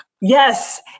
yes